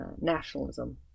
nationalism